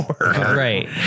Right